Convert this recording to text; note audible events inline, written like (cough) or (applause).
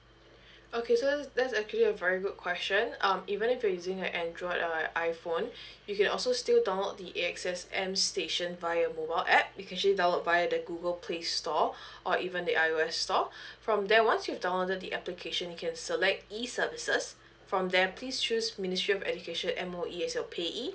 (breath) okay so there's actually a very good question um even if you're using an android or uh iphone (breath) you can also still download the A_X_S m station via mobile app you can sactually download via the google play store (breath) or even the I_O_S store (breath) from there once you've downloaded the application you can select E services (breath) from there please choose ministry of education M_O_E as your payee